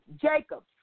Jacob